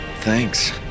Thanks